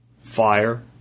fire